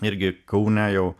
irgi kaune jau